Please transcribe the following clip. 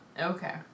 Okay